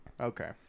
Okay